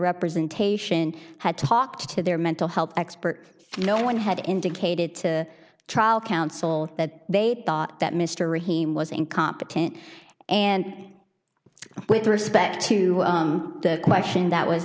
representation had talked to their mental health expert no one had indicated to trial counsel that they thought that mr raheem was incompetent and with respect to the question that was